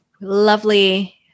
lovely